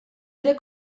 ere